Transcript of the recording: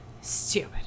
Stupid